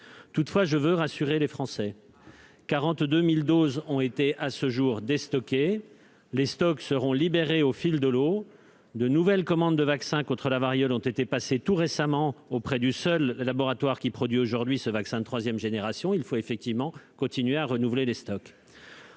toutefois rassurer les Français : 42 000 doses ont été à ce jour déstockées. Les stocks seront libérés au fil de l'eau. De nouvelles commandes de vaccins contre la variole ont été passées tout récemment auprès du seul laboratoire qui produit aujourd'hui ce vaccin de troisième génération, car il faut effectivement poursuivre le renouvellement des stocks.